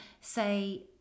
say